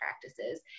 practices